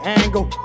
angle